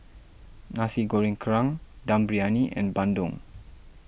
Nasi Goreng Kerang Dum Briyani and Bandung